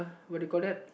what do you call that